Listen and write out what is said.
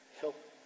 Help